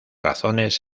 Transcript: razones